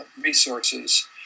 resources